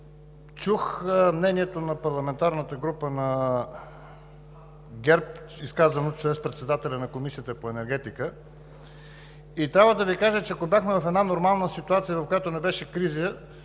Чух мнението на парламентарната група на ГЕРБ, изказано чрез председателя на Комисията по енергетика, и трябва да Ви кажа, че ако бяхме в една нормална ситуация, която да не беше криза,